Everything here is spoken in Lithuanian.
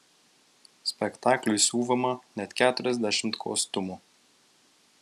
spektakliui siuvama net keturiasdešimt kostiumų